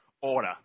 order